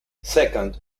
second